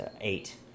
eight